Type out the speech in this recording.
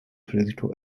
political